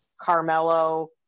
Carmelo